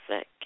sick